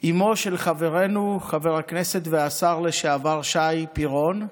אימו של חברנו, חבר הכנסת והשר לשעבר שי פירון.